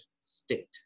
state